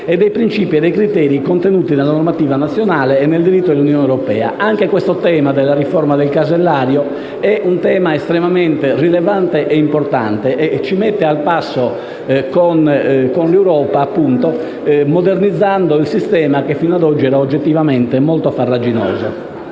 e dei principi e criteri contenuti nella normativa nazionale e nel diritto dell'Unione europea. Anche questo tema della riforma del casellario è estremamente rilevante ed importante, perché ci mette al passo con l'Europa, modernizzando il sistema che fino ad oggi era oggettivamente molto farraginoso.